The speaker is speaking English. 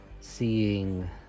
Seeing